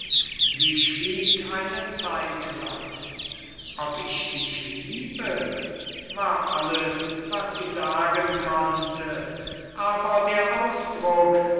sie schwieg eine zeit lang ob ich dich liebe war alles was sie sagen konnte aber der ausdruck